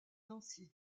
nancy